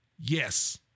Yes